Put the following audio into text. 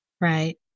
Right